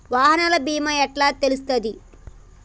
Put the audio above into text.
వాహనాల బీమా ఎట్ల తెలుస్తది?